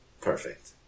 perfect